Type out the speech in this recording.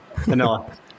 Vanilla